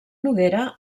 noguera